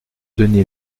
donné